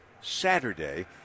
saturday